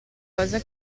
cosa